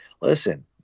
Listen